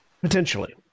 Potentially